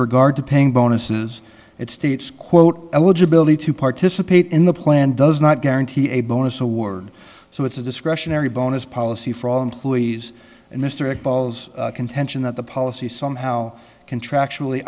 regard to paying bonuses it states quote eligibility to participate in the plan does not guarantee a bonus award so it's a discretionary bonus policy for all employees and mr x balls contention that the policy somehow contractually